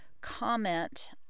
comment